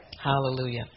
Hallelujah